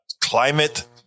climate